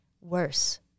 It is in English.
Worse